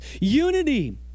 unity